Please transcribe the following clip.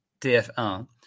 tf1